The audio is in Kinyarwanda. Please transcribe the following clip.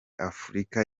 afurika